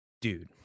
Dude